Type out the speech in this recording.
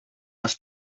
was